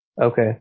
Okay